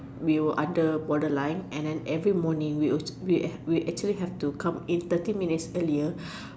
we were under borderline and then every morning we will we we actually have to come in thirty minutes earlier